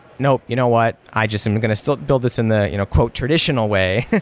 no. you know what? i just am going to still build this in the you know traditional way,